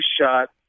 shot